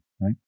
right